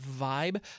vibe